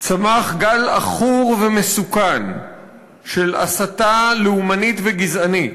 צמח גל עכור ומסוכן של הסתה לאומנית וגזענית.